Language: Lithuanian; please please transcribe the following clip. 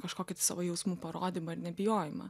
kažkokį tai savo jausmų parodymą ir nebijojimą